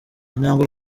intambwe